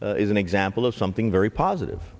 is an example of something very positive